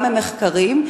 גם ממחקרים,